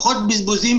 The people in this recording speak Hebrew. פחות בזבוזים,